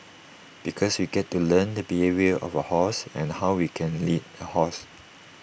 because we get to learn the behaviour of A horse and how we can lead A horse